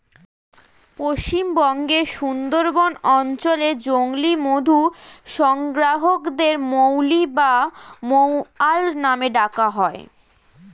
পশ্চিমবঙ্গের সুন্দরবন অঞ্চলে জংলী মধু সংগ্রাহকদের মৌলি বা মৌয়াল নামে ডাকা হয়